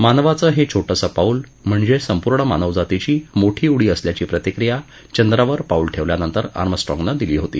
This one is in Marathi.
मानवाचं हे छोटसं पाऊल म्हणजे संपूर्ण मानवजातीची मोठी उडी असल्याची प्रतिक्रिया चंद्रावर पाऊल ठेवल्यानंतर आर्मस्ट्रॉगने दिली होती